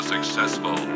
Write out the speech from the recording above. successful